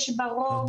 יש בה רוב של שישה.